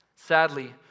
Sadly